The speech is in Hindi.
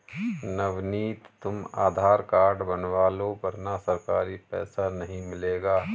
नवनीत तुम आधार कार्ड बनवा लो वरना सरकारी पैसा नहीं मिलेगा